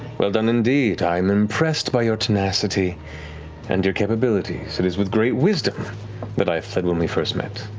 well done indeed. i am impressed by your tenacity and your capabilities. it is with great wisdom that but i fled when we first met.